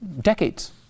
decades